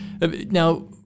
Now